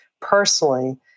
personally